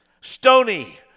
Stony